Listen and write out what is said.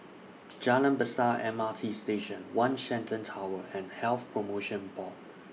Jalan Besar M R T Station one Shenton Tower and Health promotion Board